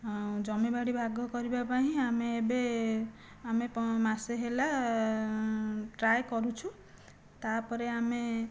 ଆଉ ଜମିବାଡ଼ି ଭାଗ କରିବା ପାଇଁ ହିଁ ଆମେ ଏବେ ଆମେ ମାସେ ହେଲା ଟ୍ରାଏ କରୁଛୁ ତା' ପରେ ଆମେ